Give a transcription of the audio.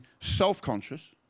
self-conscious